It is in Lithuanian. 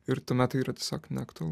ir tuomet tai yra tiesiog neaktualu